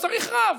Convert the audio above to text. אז צריך רב.